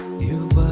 do